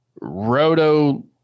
roto